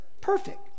perfect